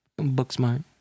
Booksmart